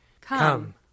Come